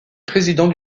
président